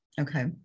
Okay